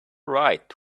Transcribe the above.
right